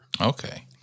Okay